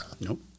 Nope